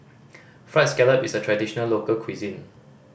Fried Scallop is a traditional local cuisine